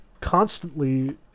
Constantly